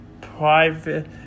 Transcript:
private